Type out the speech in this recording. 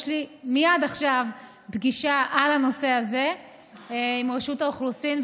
מייד עכשיו יש לי פגישה על הנושא הזה עם רשות האוכלוסין,